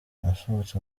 nasohotse